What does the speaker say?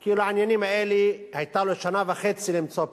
כי לעניינים האלה היו לו שנה וחצי למצוא פתרונות,